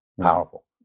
powerful